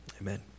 Amen